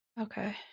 okay